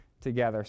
together